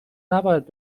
نباید